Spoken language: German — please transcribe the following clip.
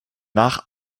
nach